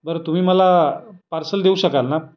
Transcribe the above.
बरं तुम्ही मला पार्सल देऊ शकाल ना